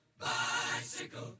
bicycle